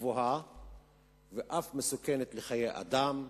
גבוהה ואף מסוכנת לחיי אדם,